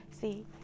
See